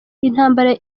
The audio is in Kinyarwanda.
intambara